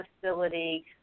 facility